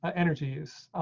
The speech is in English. ah energy use.